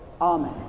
amen